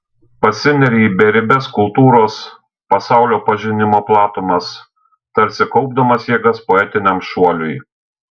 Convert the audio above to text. pasineria į beribes kultūros pasaulio pažinimo platumas tarsi kaupdamas jėgas poetiniam šuoliui